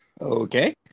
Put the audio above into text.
Okay